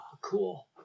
Cool